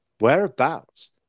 whereabouts